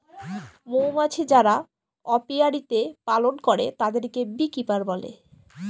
মৌমাছি যারা অপিয়ারীতে পালন করে তাদেরকে বী কিপার বলে